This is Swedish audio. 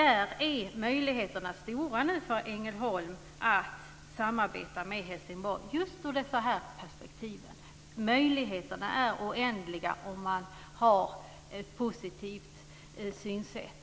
Möjligheterna för Ängelholm är nu stora att samarbeta med Helsingborg ur just dessa perspektiv. Möjligheterna är oändliga om man har ett positivt synsätt.